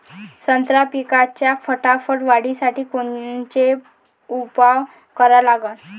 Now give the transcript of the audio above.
संत्रा पिकाच्या फटाफट वाढीसाठी कोनचे उपाव करा लागन?